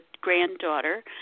granddaughter